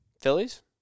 Phillies